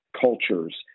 cultures